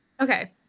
Okay